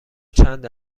چند